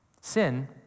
Sin